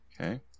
Okay